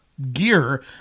gear